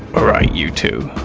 all right, you two.